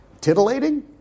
titillating